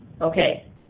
Okay